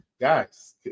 guys